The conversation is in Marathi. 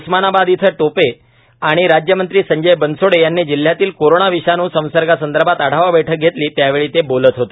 उस्मानाबाद इथं टोपे आणि राज्यमंत्री संजय बनसोडे यांनी जिल्ह्यातील कोरोना विषाणू संसर्गा संदर्भात आढावा बैठक घेतली त्यावेळी ते बोलत होते